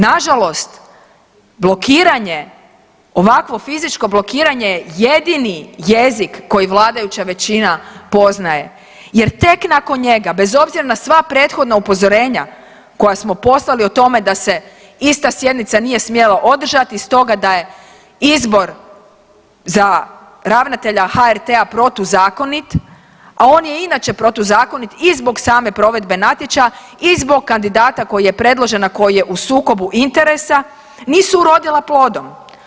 Nažalost, blokiranje, ovakvo fizičko blokiranje je jedini jezik koji vladajuća većina poznaje jer tek nakon njega bez obzira na sva prethodna upozorenja koja smo poslali o tome da se ista sjednica nije smjela održati stoga da je izbor za ravnatelja HRT-a protuzakonit, a on je inače protuzakonit i zbog same provedbe natječaja i zbog kandidata koji je predložen, a koji je u sukobu interesa, nisu urodila plodom.